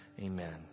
Amen